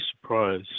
surprise